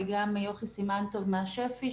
וגם יוכי סימן טוב משפ"י,